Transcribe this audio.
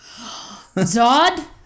Zod